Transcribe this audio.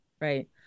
right